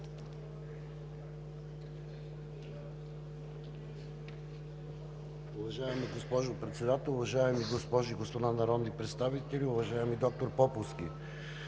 Уважаема госпожо Председател, уважаеми госпожи и господа народни представители! Уважаеми господин